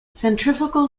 centrifugal